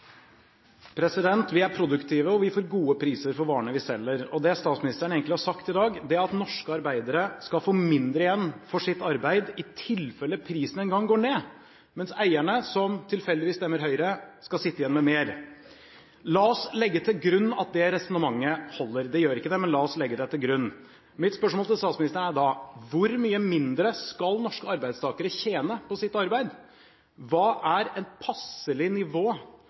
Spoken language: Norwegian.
produktive, og vi får gode priser for varene vi selger. Det statsministeren egentlig har sagt i dag, er at norske arbeidere skal få mindre igjen for sitt arbeid i tilfelle prisen en gang går ned, mens eierne, som tilfeldigvis stemmer Høyre, skal sitte igjen med mer. La oss legge til grunn at det resonnementet holder – det gjør ikke det, men la oss legge det til grunn. Mitt spørsmål til statsministeren er da: Hvor mye mindre skal norske arbeidstakere tjene på sitt arbeid? Hva er et passelig nivå